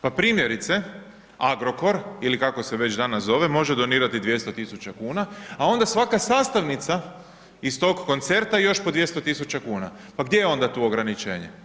Pa primjerice Agrokor ili kako se već danas zove, može donirati 200.000,00 kn, a onda svaka sastavnica iz toga koncerna još po 200.000,00 kn, pa gdje je onda tu ograničenje?